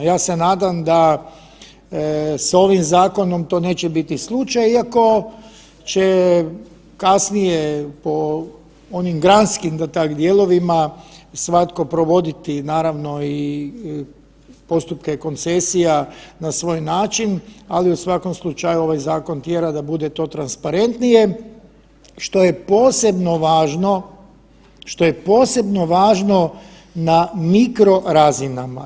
Ja se nadam da s ovim zakonom to neće biti slučaj iako će kasnije po onim granskim … [[Govornik se ne razumije]] dijelovima svatko provoditi naravno i postupke koncesija na svoj način, ali u svakom slučaju ovaj zakon tjera da bude to transparentnije, što je posebno važno, što je posebno važno na mikrorazinama.